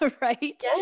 right